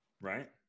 Right